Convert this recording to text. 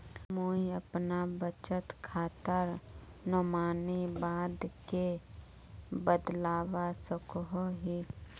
मुई अपना बचत खातार नोमानी बाद के बदलवा सकोहो ही?